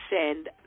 send